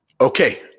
Okay